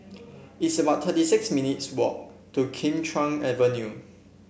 it's about thirty six minutes walk to Kim Chuan Avenue